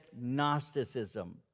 Gnosticism